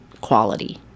quality